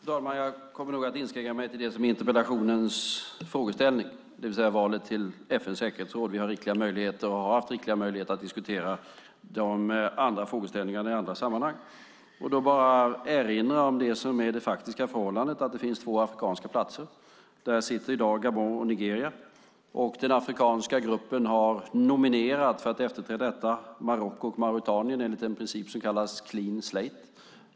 Fru talman! Jag kommer att inskränka mig till interpellationens frågeställning, det vill säga valet till FN:s säkerhetsråd. Vi har rikliga möjligheter, och har haft rikliga möjligheter, att diskutera de andra frågorna i andra sammanhang. Jag vill erinra om det faktiska förhållandet. Det finns två afrikanska platser. Där sitter i dag Gabon och Nigeria. Den afrikanska gruppen har nominerat för att efterträda dessa länder Marocko och Mauretanien enligt den princip som kallas clean slate.